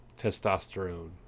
testosterone